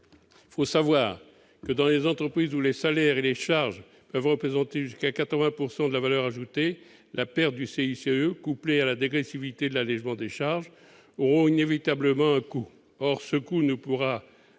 Il faut savoir que, dans les entreprises, où les salaires et les charges peuvent représenter jusqu'à 80 % de la valeur ajoutée, la perte du CICE, couplée à la dégressivité de l'allégement de charges, aura inévitablement un coût. Or ce coût ne pourra